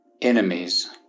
enemies